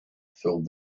filled